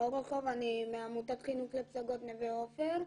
אני מעמותת חינוך לפסגות, נווה עופר.